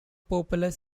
popular